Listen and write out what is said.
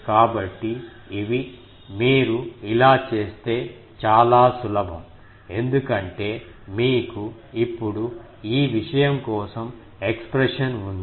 కాబట్టి ఇవి మీరు ఇలా చేస్తే చాలా సులభం ఎందుకంటే మీకు ఇప్పుడు ఈ విషయం కోసం ఎక్స్ప్రెషన్ ఉంది